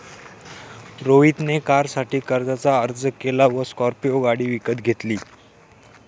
रोहित ने कारसाठी कर्जाचा अर्ज केला व स्कॉर्पियो गाडी विकत घेतली